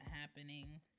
happening